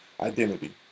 identity